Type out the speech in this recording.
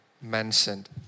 mentioned